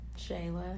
Shayla